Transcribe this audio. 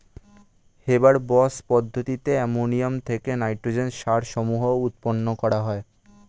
Haber Bosch পদ্ধতিতে ammonia থেকে nitrogen সার সমূহ উৎপন্ন করা হয়